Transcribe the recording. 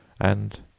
and